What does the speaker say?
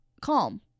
calm